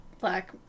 black